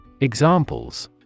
Examples